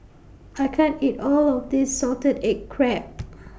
I can't eat All of This Salted Egg Crab